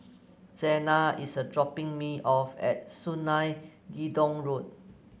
Xena is a dropping me off at Sungei Gedong Road